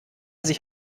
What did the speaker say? sich